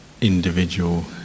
individual